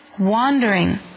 wandering